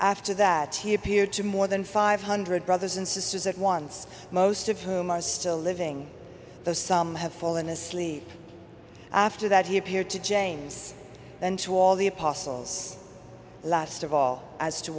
after that he appeared to more than five hundred dollars brothers and sisters at once most of whom are still living some have fallen asleep after that he appeared to james then to all the apostles last of all as to